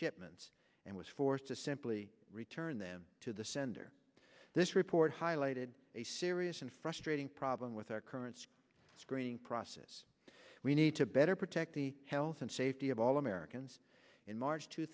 shipments and was forced to simply return them to the sender this report highlighted a serious and frustrating problem with our current screening process we need to better protect the health and safety of all americans in march